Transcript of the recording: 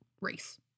race